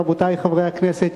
רבותי חברי הכנסת,